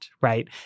right